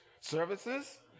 services